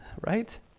right